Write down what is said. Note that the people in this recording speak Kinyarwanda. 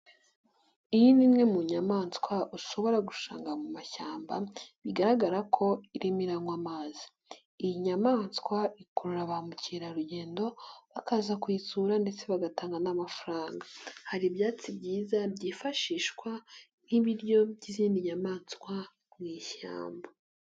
Iyi ni imwe mu nyamaswa ushobora gusanga mu mashyamba bigaragara ko irimo iranywa amazi, iyi nyamaswa ikurura ba mukerarugendo bakaza kuyisura ndetse bagatanga n'amafaranga, hari ibyatsi byiza byifashishwa nk'ibiryo by'izindi nyamaswa mu ishyamba.